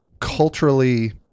culturally